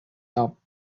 top